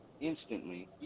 instantly